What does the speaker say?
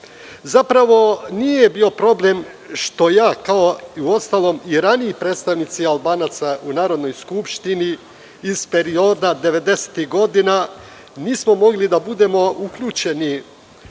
Zapravo, nije bio problem što ja, kao uostalom i raniji predstavnici Albanaca u Narodnoj skupštini iz perioda devedesetih godina, nismo mogli da budemo uključeni